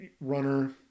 runner